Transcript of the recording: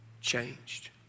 changed